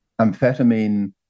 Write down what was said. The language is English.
amphetamine